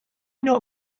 not